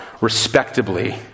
respectably